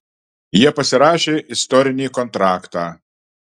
jie pasirašė istorinį kontraktą